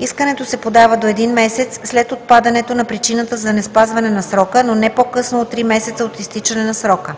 Искането се подава до един месец след отпадането на причината за неспазване на срока, но не по-късно от три месеца от изтичане на срока.